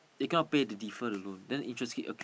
income pay to different you know and interest keep